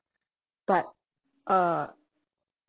but uh